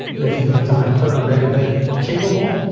if you looked on a per megabit capable,